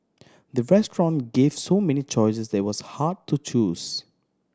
the restaurant gave so many choices that it was hard to choose